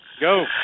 go